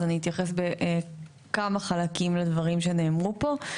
אז אני אתייחס בכמה חלקים לדברים שנאמרו פה.